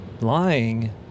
lying